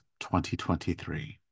2023